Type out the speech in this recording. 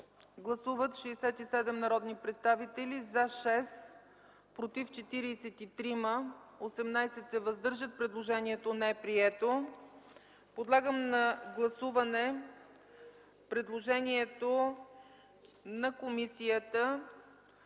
Гласували 75 народни представители: за 3, против 56, въздържали се 16. Предложението не е прието. Подлагам на гласуване предложението на комисията